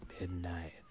Midnight